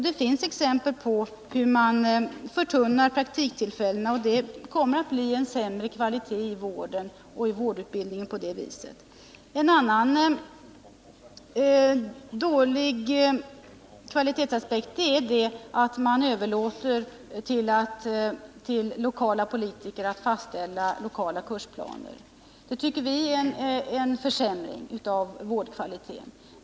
Det finns exempel på hur man förtunnar praktiktillfällena, och det kommer att medföra en sämre kvalitet i vården och vårdutbildningen. En annan sak som kan medföra dålig kvalitet är att man överlåter till de lokala politikerna att fastställa lokala kursplaner. Vi anser att det medför en försämring av vårdkvaliteten.